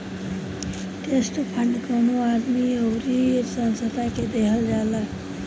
trust fund कवनो आदमी अउरी संस्था के देहल जाला